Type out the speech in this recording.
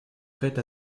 prêtes